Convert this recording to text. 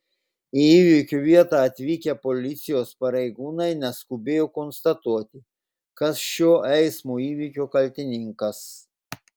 į įvykio vietą atvykę policijos pareigūnai neskubėjo konstatuoti kas šio eismo įvykio kaltininkas